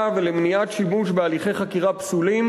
ולמניעת שיבוש בהליכי חקירה פסולים,